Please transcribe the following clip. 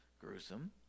gruesome